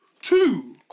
Two